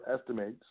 estimates